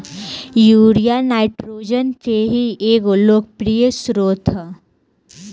urea nitrogen के ही एगो लोकप्रिय स्रोत ह